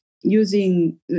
using